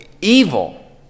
evil